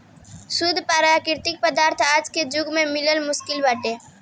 शुद्ध प्राकृतिक पदार्थ आज के जुग में मिलल मुश्किल बाटे